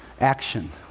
action